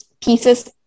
pieces